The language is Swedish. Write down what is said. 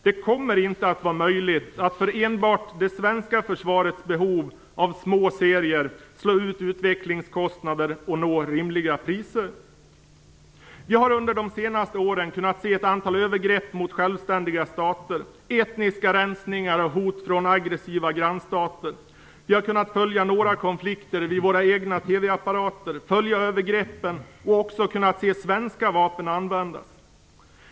Det kommer inte att vara möjligt att för enbart det svenska försvarets behov av små serier slå ut utvecklingskostnaderna och nå rimliga priser. Vi har under de senaste åren kunnat se ett antal övergrepp mot självständiga stater, etniska rensningar och hot från aggressiva grannstater. Vi har kunnat följa några konflikter vid våra egna TV-apparater. Vi har alltså kunnat följa övergreppen och också kunnat se svenska vapen användas.